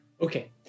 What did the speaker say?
Okay